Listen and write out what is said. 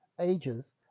ages